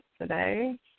today